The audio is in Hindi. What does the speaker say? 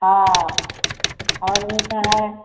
हाँ और होता है